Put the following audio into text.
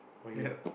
okay